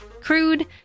crude